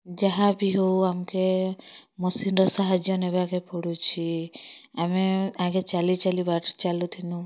ଯାହା ବି ହେଉ ଆମ୍କେ ମେସିନ୍ର ସାହାଯ୍ୟ ନେବା କେ ପଡ଼ୁଛେ ଆମେ ଆଗେ ଚାଲି ଚାଲି ବାଟ୍ ଚାଲୁଥିଲୁଁ